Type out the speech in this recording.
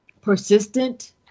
persistent